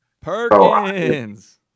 Perkins